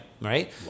right